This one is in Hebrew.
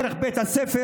דרך בית הספר,